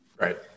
right